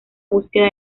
búsqueda